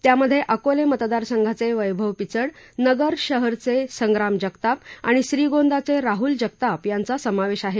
त्यामध्ये अकोले मतदारसंघाचे वैभव पिचड नगर शहरचे संग्राम जगताप आणि श्रीगोंदाचे राहूल जगताप यांचा समावेश आहे